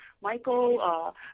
Michael